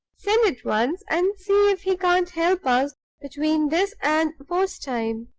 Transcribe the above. send at once, and see if he can't help us between this and post-time.